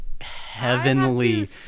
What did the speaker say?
heavenly